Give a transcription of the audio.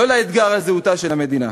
לא לאתגר על זהותה של המדינה.